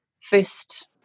first